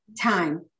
Time